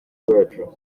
rwacu